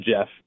Jeff